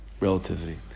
Relativity